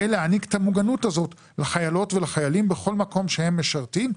להעניק את המוגנות הזאת לחיילות ולחיילים בכל מקום שהם משרתים.